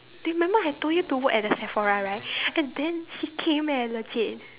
do you remember I told you to work at that Sephora right and then she came eh legit